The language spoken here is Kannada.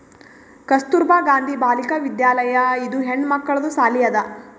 ಕಸ್ತೂರ್ಬಾ ಗಾಂಧಿ ಬಾಲಿಕಾ ವಿದ್ಯಾಲಯ ಇದು ಹೆಣ್ಮಕ್ಕಳದು ಸಾಲಿ ಅದಾ